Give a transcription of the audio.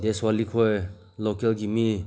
ꯗꯦꯁꯋꯥꯂꯤ ꯈꯣꯏ ꯂꯣꯀꯦꯜꯒꯤ ꯃꯤ